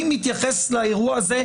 אני מתייחס לאירוע הזה,